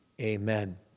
Amen